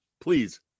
Please